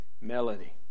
melody